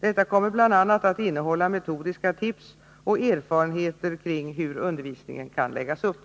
Detta kommer bl.a. att innehålla metodiska tips och erfarenheter kring hur undervisningen kan läggas upp.